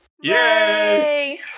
Yay